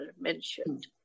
mentioned